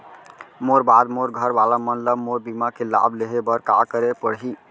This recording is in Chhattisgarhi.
मोर बाद मोर घर वाला मन ला मोर बीमा के लाभ लेहे बर का करे पड़ही?